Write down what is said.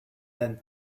then